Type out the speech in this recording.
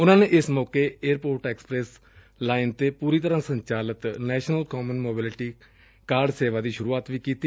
ਉਨਾਂ ਨੇ ਇਸ ਮੌਕੇ ਏਅਰਪੋਰਟ ਐਕਸਪ੍ਰੈਸ ਲਾਈਨ ਤੇ ਪੁਰੀ ਤਰ੍ਹਾਂ ਸੰਚਾਲਿਤ ਨੈਸ਼ਨਲ ਕਾਮਨ ਮੋਬਿਲਿਟੀ ਕਾਰਡ ਸੇਵਾ ਦੀ ਸੂਰੁਆਤ ਵੀ ਕੀਤੀ